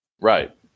Right